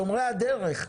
שומרי הדרך,